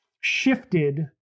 shifted